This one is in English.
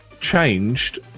changed